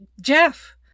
Jeff